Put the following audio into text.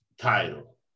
title